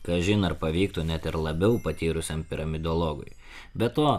kažin ar pavyktų net ir labiau patyrusiam piramidologui be to